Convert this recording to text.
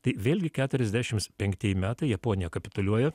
tai vėlgi keturiasdešimt penktieji metai japonija kapituliuoja